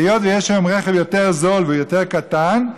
היות שיש היום רכב יותר זול ויותר קטן,